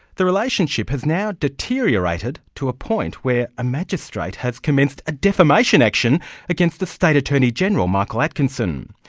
the relationship has now deteriorated to a point where a magistrate has commenced a defamation action against the state attorney-general, michael atkinson.